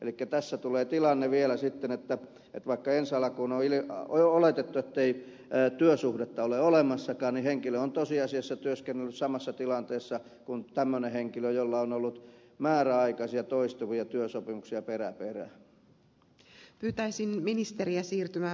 elikkä tässä tulee vielä sellainen tilanne että vaikka ensi alkuun on oletettu ettei työsuhdetta ole olemassakaan niin henkilö on tosiasiassa työskennellyt samassa tilanteessa kuin tämmöinen henkilö jolla on ollut määräaikaisia toistuvia työsopimuksia perä perään